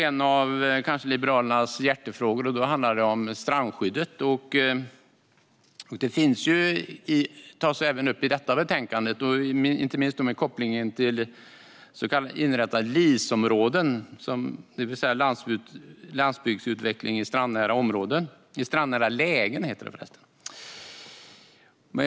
En av Liberalernas hjärtefrågor är strandskyddet, som också tas upp i betänkandet, inte minst kopplingen till inrättandet av så kallade LIS-områden, det vill säga landsbygdsutveckling i strandnära lägen.